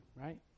right